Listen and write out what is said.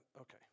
okay